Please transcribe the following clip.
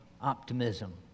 optimism